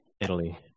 Italy